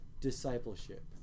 discipleship